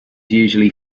usually